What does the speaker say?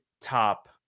top